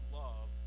love